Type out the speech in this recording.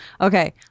Okay